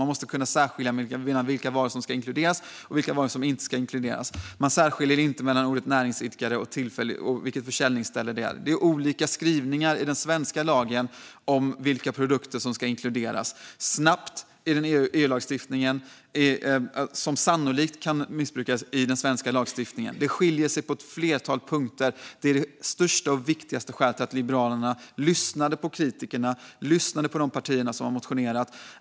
Man måste kunna särskilja mellan vilka varor som ska inkluderas och vilka varor som inte ska inkluderas. Man särskiljer inte mellan ordet "näringsidkare" och vilket försäljningsställe det är. Det finns olika skrivningar om vilka produkter som ska inkluderas snabbt i EU-lagstiftningen som sannolikt kan missbrukas i den svenska lagstiftningen. Det skiljer sig på ett flertal punkter. Det är det största och viktigaste skälet till att Liberalerna lyssnade på kritikerna och på de partier som motionerat.